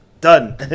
done